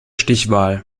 stichwahl